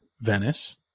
Venice